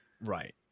right